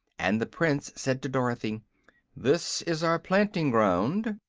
and the prince said to dorothy this is our planting-ground.